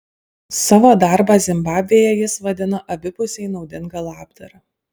savo darbą zimbabvėje jis vadina abipusiai naudinga labdara